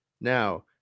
Now